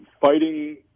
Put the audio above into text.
fighting